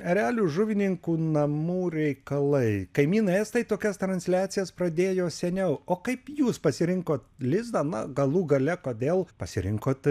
erelių žuvininkų namų reikalai kaimynai estai tokias transliacijas pradėjo seniau o kaip jūs pasirinkote lizdą na galų gale kodėl pasirinkot